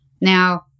Now